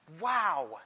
Wow